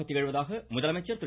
தேசிய திகழ்வதாக முதலமைச்சர் திரு